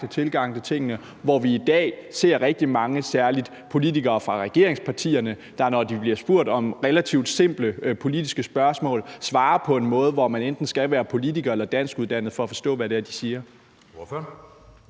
tilgang til tingene, mens vi i dag ser rigtig mange politikere, særlig politikere fra regeringspartierne, der, når de bliver stillet relativt simple politiske spørgsmål, svarer på en måde, hvor man enten skal være politiker eller danskuddannet for at forstå, hvad det er, de siger?